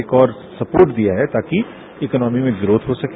एक और सपोर्ट दिया है ताकि इकॉनमी में ग्रोथ हो सके